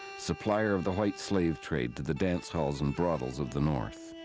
supplier of the white slave trade to the dancehalls and brothels of the north.